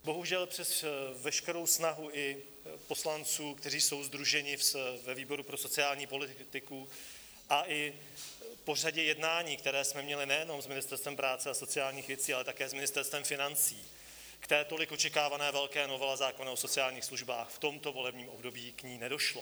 Bohužel přes veškerou snahu i poslanců, kteří jsou sdruženi ve výboru pro sociální politiku, a i po řadě jednání, která jsme měli nejenom s Ministerstvem práce a sociálních věcí, ale také s Ministerstvem financí k té tolik očekávané velké novele zákona o sociálních službách, v tomto volebním období k ní nedošlo.